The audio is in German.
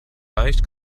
reicht